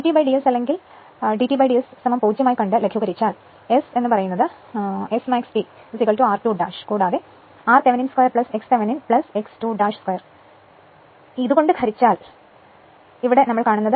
d Td S അല്ലെങ്കിൽ d Td S 0 ആയി കണ്ട് ലഘൂകരിച്ചാൽ S യഥാർത്ഥത്തിൽ Smax T r2 കൂടാതെ r Thevenin 2 x Thevenin x 2 2 എന്ന അണ്ടർ റൂട്ട് r കൊണ്ടു ഹരിച്ചാൽ ഇത് 28ാം സമവാക്യമാണ്